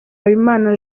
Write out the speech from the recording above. habimana